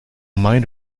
mind